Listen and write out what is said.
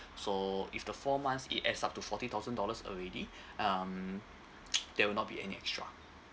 so if the four months it adds up to forty thousand dollars already um there will not be any extra